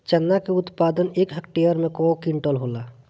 चना क उत्पादन एक हेक्टेयर में कव क्विंटल होला?